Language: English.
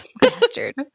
Bastard